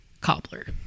cobbler